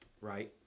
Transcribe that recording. right